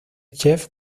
chef